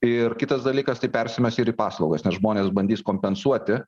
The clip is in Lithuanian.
ir kitas dalykas tai persimes ir į paslaugas nes žmonės bandys kompensuoti